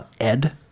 Ed